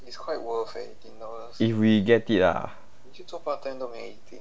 if we get it ah